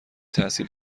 تحصیل